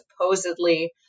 supposedly